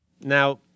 Now